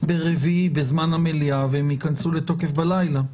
ביום רביעי, בזמן המליאה, והן ייכנסו לתוקף בלילה.